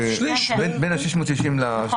בין ה-660 --- נכון,